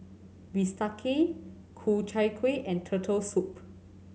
bistake Ku Chai Kueh and Turtle Soup